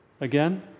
again